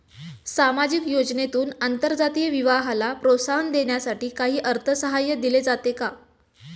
सामाजिक योजनेतून आंतरजातीय विवाहाला प्रोत्साहन देण्यासाठी काही अर्थसहाय्य दिले जाते का?